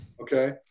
Okay